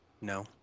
No